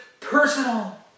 personal